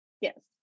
Yes